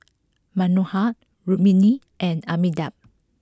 Manohar Rukmini and Amitabh